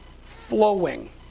flowing